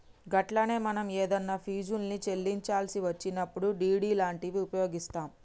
గట్లనే మనం ఏదన్నా ఫీజుల్ని చెల్లించాల్సి వచ్చినప్పుడు డి.డి లాంటివి ఉపయోగిస్తాం